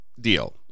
deal